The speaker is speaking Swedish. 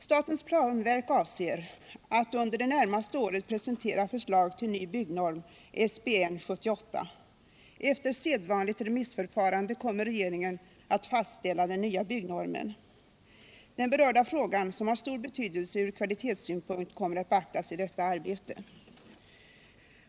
Statens planverk avser att under det närmaste året presentera förslag till ny byggnorm, SBN 78. Efter sedvanligt remissförfarande kommer regeringen att fastställa den nya byggnormen. Den berörda frågan, som har stor betydelse från kvalitetssynpunkt, kommer att beaktas i detta arbete.